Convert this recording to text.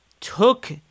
took